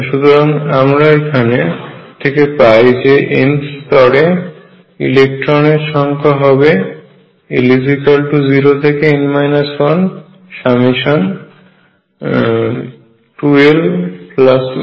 সুতরাং আমরা এখান থেকে পাই যে nth স্তরে ইলেক্ট্রনের সংখ্যা হবে l0n 12l1×2